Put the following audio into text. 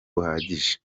buhagije